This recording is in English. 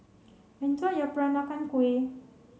enjoy your Peranakan Kueh